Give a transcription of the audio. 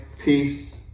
peace